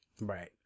Right